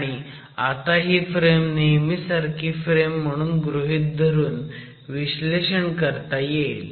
आणि आता ही फ्रेम नेहमीसारखी फ्रेम म्हणून गृहीत धरून विश्लेषण करता येईल